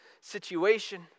situation